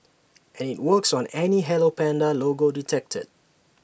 and IT works on any hello Panda logo detected